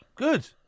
Good